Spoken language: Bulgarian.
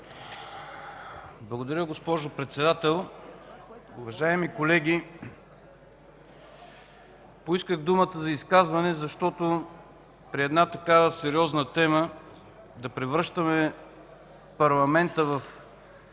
Благодаря, госпожо Председател. Уважаеми колеги, поисках думата за изказване, защото при толкова сериозна тема да превръщаме парламента в